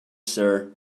sir